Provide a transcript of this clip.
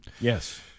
Yes